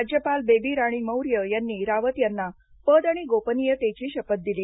राज्यपाल बेबी राणी मौर्य यांनी रावत यांना पद आणि गोपनीयतेची शपथ दिली